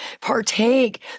Partake